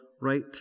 right